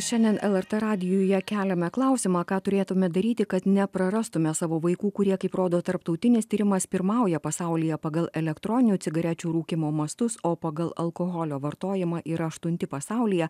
šiandien lrt radijuje keliame klausimą ką turėtume daryti kad neprarastume savo vaikų kurie kaip rodo tarptautinis tyrimas pirmauja pasaulyje pagal elektroninių cigarečių rūkymo mastus o pagal alkoholio vartojimą yra aštunti pasaulyje